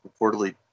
reportedly